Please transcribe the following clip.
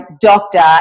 doctor